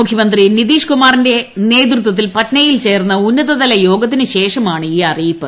മുഖ്യമന്ത്രി നിതീഷ് കുമാറിന്റെ നേതൃത്വത്തിൽ പാറ്റ്നയിൽ ചേർന്ന് ഉന്നത തല യോഗത്തിനുശേഷമാണ് ഈ അറിയിപ്പ്